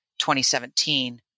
2017